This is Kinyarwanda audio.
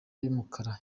y’umukara